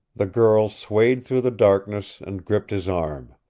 the girl swayed through the darkness and gripped his arm.